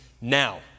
now